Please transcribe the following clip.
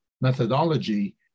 methodology